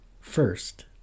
first